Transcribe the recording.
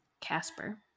Casper